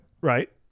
right